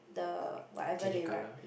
the whatever they write